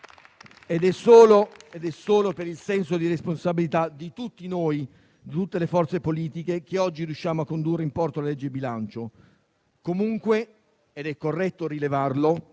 Ed è solo per il senso di responsabilità di tutti noi, di tutte le forze politiche, che oggi riusciamo a condurre in porto il disegno di legge di bilancio. Comunque, è corretto rilevare